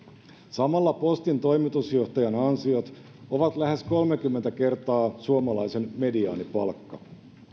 samalla postin toimitusjohtajan ansiot ovat lähes kolmekymmentä kertaa suomalaisen mediaanipalkka